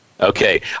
Okay